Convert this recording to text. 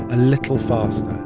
a little faster.